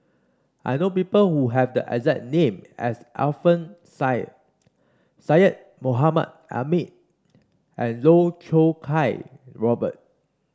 I know people who have the exact name as Alfian Sa'at Syed Mohamed Ahmed and Loh Choo Kiat Robert